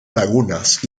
lagunas